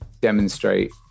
demonstrate